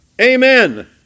Amen